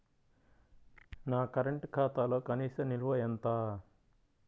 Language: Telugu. నా కరెంట్ ఖాతాలో కనీస నిల్వ ఎంత?